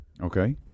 Okay